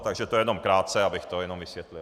Takže to jenom krátce, abych to vysvětlil.